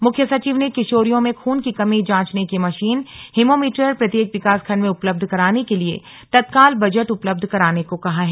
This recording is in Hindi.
मुख्य सचिव ने किशोरियों में खून की कमी जांचने की मशीन हीमोमीटर प्रत्येक विकासखंड में उपलब्ध कराने के लिए तत्काल बजट उपलब्ध कराने को कहा है